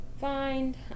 find